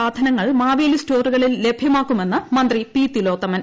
സാധനങ്ങൾ മാവേലി സ്റ്റോറുകളിൽ ലഭ്യമാക്കുമെന്ന് മന്ത്രി പി തിലോത്തമൻ